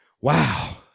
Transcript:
wow